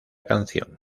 canción